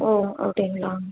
ஓ அப்படிங்களா